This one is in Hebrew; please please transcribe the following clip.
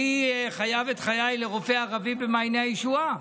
אני חייב את חיי לרופא ערבי במעייני הישועה,